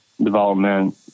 development